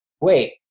wait